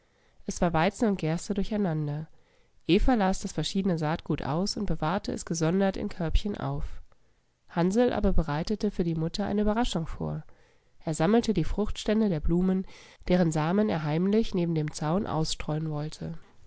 es war weizen und gerste durcheinander eva las das verschiedene saatgut aus und bewahrte es gesondert in körbchen auf hansl aber bereitete für die mutter eine überraschung vor er sammelte die fruchtstände der blumen deren samen er heimlich neben dem zaun ausstreuen wollte